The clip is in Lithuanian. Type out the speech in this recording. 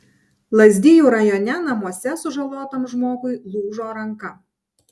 lazdijų rajone namuose sužalotam žmogui lūžo ranka